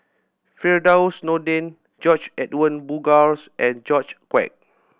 Firdaus Nordin George Edwin Bogaars and George Quek